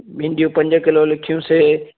भिंडियूं पंज किलो लिखियूंसीं